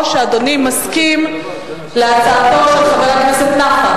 או שאדוני מסכים להצעתו של חבר הכנסת נפאע?